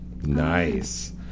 Nice